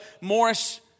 Morris